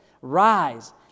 Rise